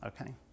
okay